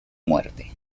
muerte